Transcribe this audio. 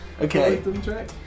Okay